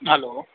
hello